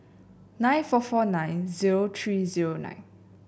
nine four four nine zero three zero nine